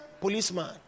policeman